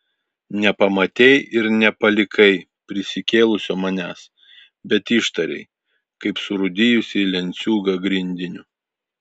nepametei ir nepalikai prisikėlusio manęs bet ištarei kaip surūdijusį lenciūgą grindiniu